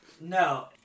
No